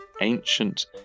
ancient